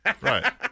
Right